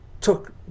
took